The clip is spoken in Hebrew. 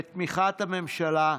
בתמיכת הממשלה,